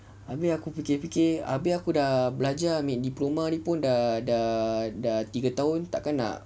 abeh aku fikir-fikir abeh aku dah belajar ambil diploma ni pun dah dah dah tiga tahun takkan nak